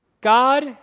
God